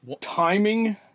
timing